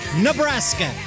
Nebraska